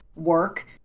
work